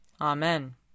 Amen